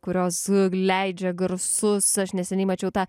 kurios leidžia garsus aš neseniai mačiau tą